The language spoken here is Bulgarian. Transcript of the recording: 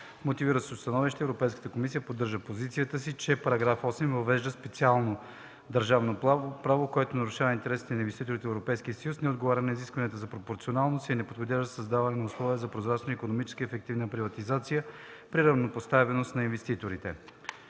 Мотивираното становище Европейската комисия поддържа позицията си, че § 8 въвежда специално държавно право, което нарушава интересите на инвеститорите от Европейския съюз, не отговаря на изискванията за пропорционалност и е неподходящ за създаване на условия за прозрачна и икономически ефективна приватизация при равнопоставеност на инвеститорите.